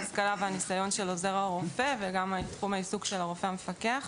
ההשכלה והניסיון של עוזר הרופא ותחום העיסוק של הרופא המפקח.